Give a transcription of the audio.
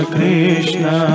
Krishna